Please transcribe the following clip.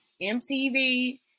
MTV